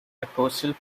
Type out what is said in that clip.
apostle